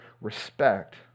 respect